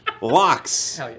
Locks